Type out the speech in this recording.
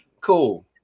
Cool